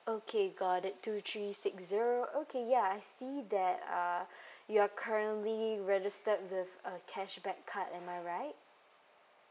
okay got it two three six zero okay ya I see that uh you're currently registered with a cashback card am I right